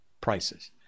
prices